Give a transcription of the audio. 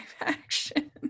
action